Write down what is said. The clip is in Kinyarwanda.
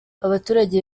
abaturage